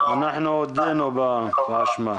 אנחנו הודינו באשמה.